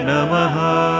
Namaha